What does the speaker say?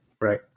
Right